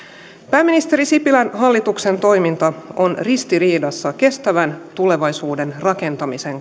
pääministeri sipilän hallituksen toiminta on ristiriidassa kestävän tulevaisuuden rakentamisen